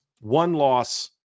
one-loss